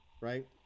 right